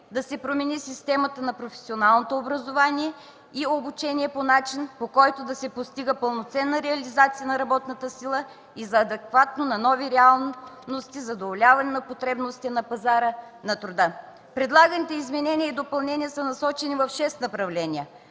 да се промени системата на професионалното образование и обучение по начин, по който да се постига пълноценна реализация на работната сила и за адекватно на новите реалности задоволяване на потребностите на пазара на труда. Предлаганите изменения и допълнения са насочени в шест направления.